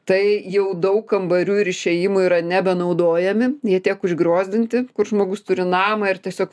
tai jau daug kambarių ir išėjimų yra nebenaudojami jie tiek užgriozdinti kur žmogus turi namą ir tiesiog